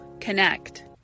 connect